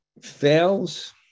fails